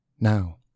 Now